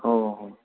હો હો